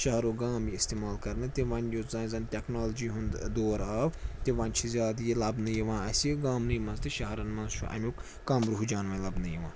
شَہرو گام یہِ استعمال کَرنہٕ تہِ وۄنۍ یُس زَن زَن اَسہِ ٹٮ۪کنالجی ہُنٛد دور آو تہِ وۄنۍ چھِ زیادٕ یہِ لَبنہٕ یِوان اَسہِ گامنٕے منٛز تہِ شَہرَن منٛز چھُ اَمیُک کَم رُحجان وۅنۍ لَبنہٕ یِوان